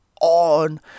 on